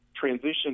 transition